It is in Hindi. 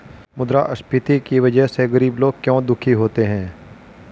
मुद्रास्फीति की वजह से गरीब लोग क्यों दुखी होते हैं?